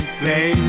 play